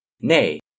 nay